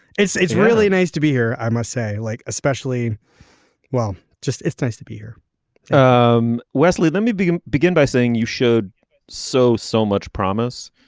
it's it's really nice to be here. i must say like especially well just it's nice to be here um wesley let me begin by saying you showed so so much promise.